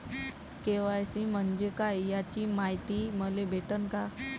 KYC म्हंजे काय याची मायती मले भेटन का?